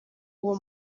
uwo